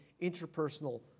interpersonal